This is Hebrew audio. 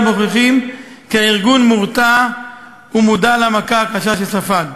מוכיחים כי הארגון מורתע ומודע למכה הקשה שספג.